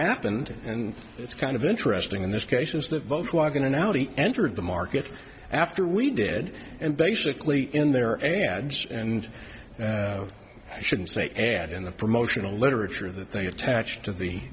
happened and it's kind of interesting in this case is that both walk in and out he entered the market after we did and basically in their ads and i shouldn't say add in the promotional literature that they attached to the